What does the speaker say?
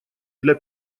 для